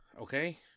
Okay